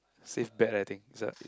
safe bet I think this type of thing